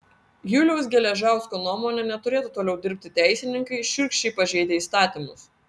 juliaus geležausko nuomone neturėtų toliau dirbti teisininkai šiurkščiai pažeidę įstatymus